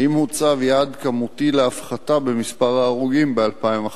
2. האם הוצב יעד כמותי להפחתת מספר ההרוגים ב-2011?